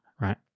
right